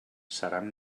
seran